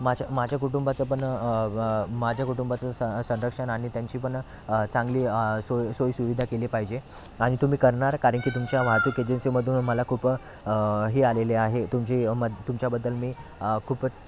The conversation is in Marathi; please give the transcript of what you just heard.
माझ्या माझ्या कुटुंबाचं पण माझ्या कुटुंबाचं स् संरक्षण आणि त्यांची पण चांगली सोई सोई सुविधा केली पाहिजे आणि तुम्ही करणार कारण की तुमच्या वाहतूक एजन्सीमधून मला खूप हे आलेले आहे तुमची तुमच्याबद्दल मी खूपच